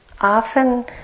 Often